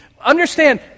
understand